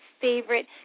favorite